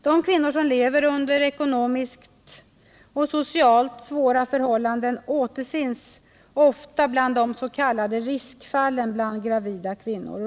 De kvinnor som lever under ekonomiskt och socialt svåra förhållanden återfinns ofta bland de s.k. riskfallen bland gravida kvinnor.